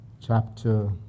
chapter